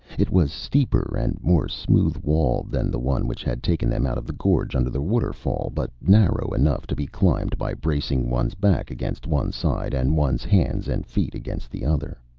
it was steeper and more smooth-walled than the one which had taken them out of the gorge under the waterfall, but narrow enough to be climbed by bracing one's back against one side, and one's hands and feet against the other.